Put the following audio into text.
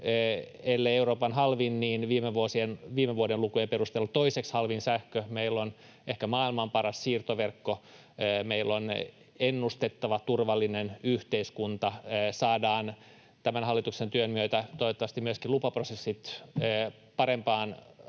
ellei Euroopan halvin niin viime vuoden lukujen perusteella toiseksi halvin sähkö, meillä on ehkä maailman paras siirtoverkko, meillä on ennustettava ja turvallinen yhteiskunta ja me saadaan tämän hallituksen työn myötä toivottavasti myöskin lupaprosessit parempaan asentoon,